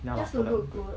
just to look good